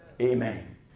Amen